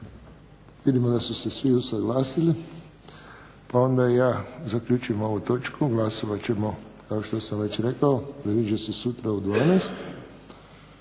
Vidimo da su se vi usaglasili pa onda i ja zaključujem ovu točku. Glasovat ćemo kao što sam već rekao, predviđa se sutra u 12